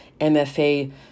MFA